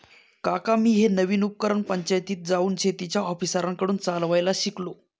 काका मी हे नवीन उपकरण पंचायतीत जाऊन शेतीच्या ऑफिसरांकडून चालवायला शिकलो